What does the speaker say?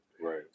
Right